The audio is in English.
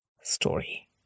story